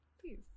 Please